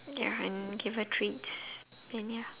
ya and give a treats and ya